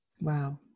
Wow